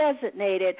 designated